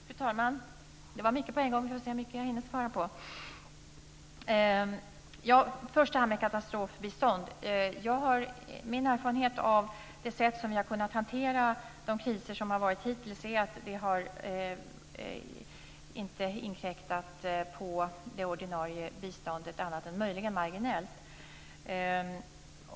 Fru talman! Det var mycket på en gång. Vi får se hur mycket jag hinner svara på. Vad först gäller katastrofbistånd är min erfarenhet av det sätt som vi har kunnat hantera de kriser som hittills har uppstått på att de inte har inkräktat på det ordinarie biståndet annat än möjligen marginellt.